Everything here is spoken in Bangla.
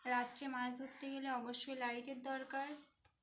রাত্রে মাছ ধরতে গেলে অবশ্যই লাইটের দরকার